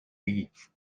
leave